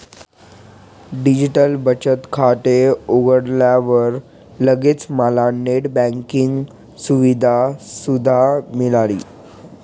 digital बचत खाते उघडल्यावर लगेच मला नेट बँकिंग सुविधा सुद्धा मिळाली